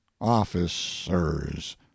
officers